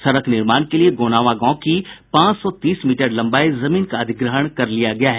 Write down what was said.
सड़क निर्माण के लिए गोनावां गांव की पांच सौ तीस मीटर लम्बाई जमीन का अधिग्रहण कर लिया गया है